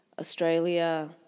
Australia